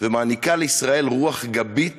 ומעניקה לישראל רוח גבית